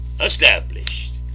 established